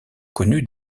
connue